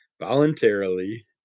voluntarily